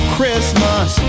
Christmas